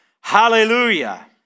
hallelujah